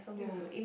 yeah